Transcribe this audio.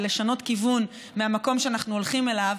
לשנות כיוון מהמקום שאנחנו הולכים אליו,